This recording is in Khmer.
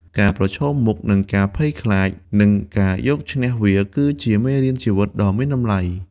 ការប្រឈមមុខនឹងការភ័យខ្លាច និងការយកឈ្នះវា គឺជាមេរៀនជីវិតដ៏មានតម្លៃ។